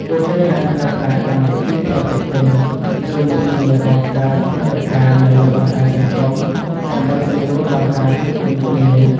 ពួកគេអាចប្រើប្រាស់កម្មវិធីប្រតិទិនឬមុខងារបង្កើតព្រឹត្តិការណ៍នៅលើបណ្តាញសង្គមដើម្បីសម្រួលដល់ការជួបជុំគ្នា ។